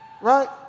Right